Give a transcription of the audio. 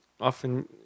often